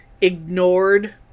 ignored